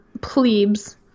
plebes